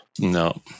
No